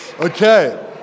Okay